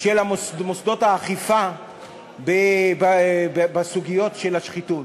של מוסדות האכיפה בסוגיות של השחיתות.